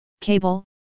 cable